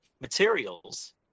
materials